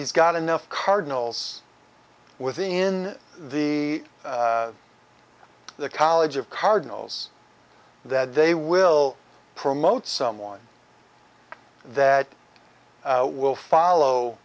he's got enough cardinals within the college of cardinals that they will promote someone that will follow